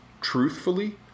Truthfully